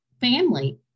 family